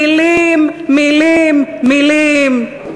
מילים, מילים, מילים.